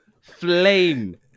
flame